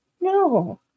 No